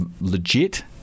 legit